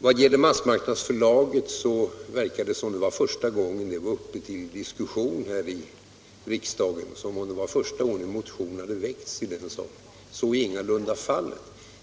När det gäller massmarknadsförlaget verkar det som om det var första gången den frågan var uppe till diskussion här i kammaren, som om det var första gången en motion hade väckts i den saken. Så är ingalunda fallet.